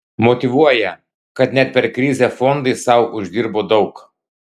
motyvuoja kad net per krizę fondai sau uždirbo daug